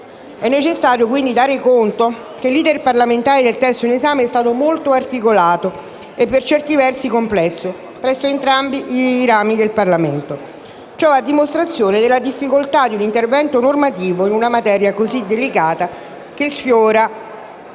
necessario dare conto del fatto che l'*iter* parlamentare del testo in esame è stato molto articolato e per certi versi complesso, presso entrambi i rami del Parlamento, ciò a dimostrazione della difficoltà di un intervento normativo in una materia così delicata che sfiora